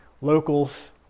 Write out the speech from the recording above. locals